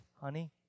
honey